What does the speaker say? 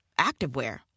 activewear